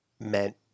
meant